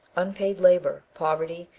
unpaid labour, poverty,